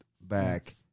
back